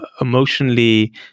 emotionally